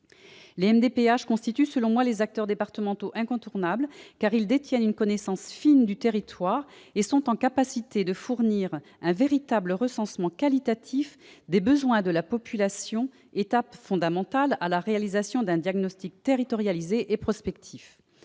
Les MDPH constituent, selon moi, des acteurs départementaux incontournables en raison de leur connaissance fine du territoire, qui les met en mesure de produire un véritable recensement qualitatif des besoins de la population, étape fondamentale en vue de la réalisation d'un diagnostic territorialisé et prospectif.